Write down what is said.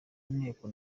nteko